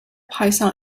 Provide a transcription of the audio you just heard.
python